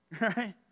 Right